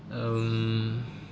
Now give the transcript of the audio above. <(um)